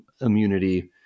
immunity